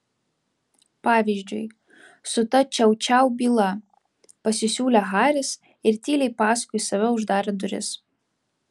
pavyzdžiui su ta čiau čiau byla pasisiūlė haris ir tyliai paskui save uždarė duris